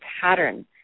pattern